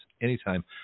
anytime